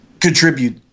contribute